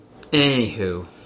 Anywho